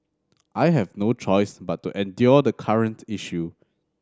I have no choice but to endure the current issue